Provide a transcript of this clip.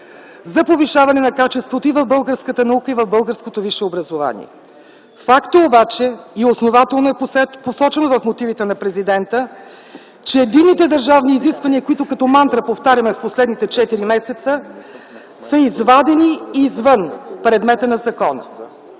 за повишаване на качеството и в българската наука, и в българското висше образование. Факт е обаче и основателно е посочено в мотивите на президента, че единните държавни изисквания, които като мантра повтаряме в последните четири месеца, са извадени извън предмета на закона.